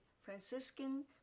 Franciscan